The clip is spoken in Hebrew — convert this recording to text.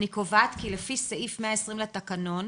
אני קובעת כי לפי סעיף 120 לתקנון,